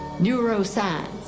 neuroscience